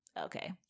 okay